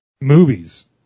movies